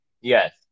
Yes